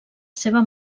seva